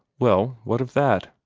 well, what of that?